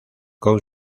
con